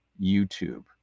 YouTube